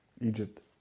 Egypt